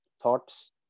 Thoughts